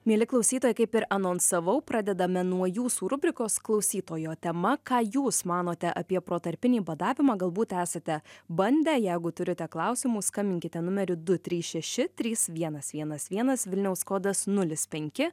mieli klausytojai kaip ir anonsavau pradedame nuo jūsų rubrikos klausytojo tema ką jūs manote apie protarpinį badavimą galbūt esate bandę jeigu turite klausimų skambinkite numeriu du trys šeši trys vienas vienas vienas vilniaus kodas nulis penki